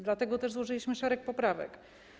Dlatego złożyliśmy szereg poprawek.